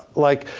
like,